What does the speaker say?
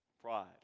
Pride